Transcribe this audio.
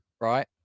right